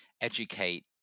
educate